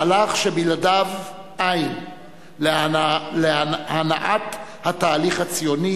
מהלך שבלעדיו איִן להנעת התהליך הציוני